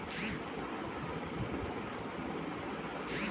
कृषक अग्नि के प्रयोग सॅ फसिलक कीट सॅ सुरक्षा करैत अछि